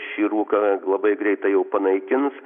šį rūką labai greitai jau panaikins